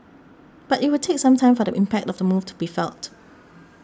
but it will take some time for the impact of the move to be felt